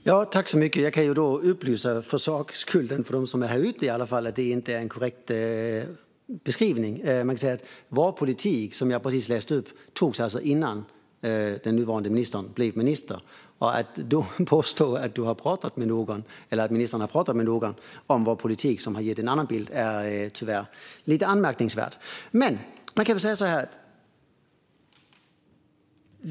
Fru talman! Jag kan för sakens skull upplysa dem som är här om att det inte är en korrekt beskrivning. Vår politik, som jag precis läste upp, antogs innan den nuvarande ministern hade blivit minister. Att då påstå att ministern har pratat om vår politik med någon som har gett en annan bild är tyvärr lite anmärkningsvärt.